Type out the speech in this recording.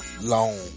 Long